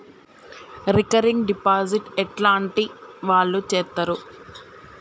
Recurring deposit ఎట్లాంటి వాళ్లు చేత్తరు?